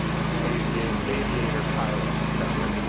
exactly. aviator pilot no, but